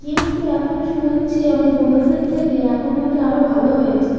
কিন্তু এখন শুনছি আমার বন্ধুদের থেকে এখন নাকি আরও ভালো হয়েছে